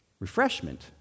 Refreshment